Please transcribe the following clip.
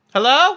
Hello